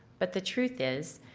but the truth is,